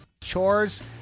Chores